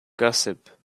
gossip